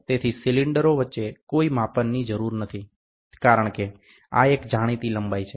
તેથી સિલિન્ડરો વચ્ચે કોઈ માપનની જરૂર નથી કારણ કે આ એક જાણીતી લંબાઈ છે